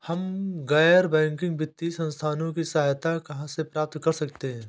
हम गैर बैंकिंग वित्तीय संस्थानों की सहायता कहाँ से प्राप्त कर सकते हैं?